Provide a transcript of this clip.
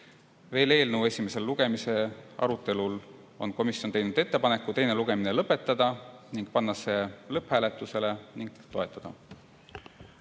Veel: eelnõu esimese lugemise arutelul on komisjon teinud ettepaneku teine lugemine lõpetada, panna see lõpphääletusele ning seda